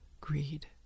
greed